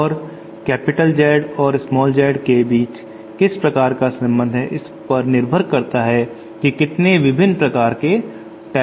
अब Z और z के बीच किस प्रकार का संबंध है इस पर निर्भर करता है कि कितने विभिन्न प्रकार के टेपर होते हैं